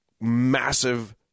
massive